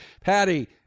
Patty